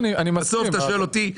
אם אתה שואל אותי,